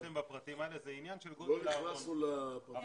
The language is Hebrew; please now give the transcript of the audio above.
לא נכנסנו לפרטים האחרים.